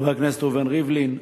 חבר הכנסת ראובן ריבלין,